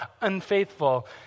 unfaithful